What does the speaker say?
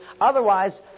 Otherwise